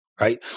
right